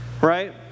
right